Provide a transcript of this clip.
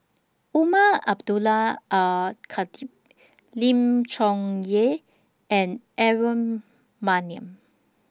Umar Abdullah Al Khatib Lim Chong Yah and Aaron Maniam